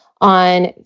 on